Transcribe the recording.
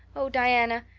oh, diana,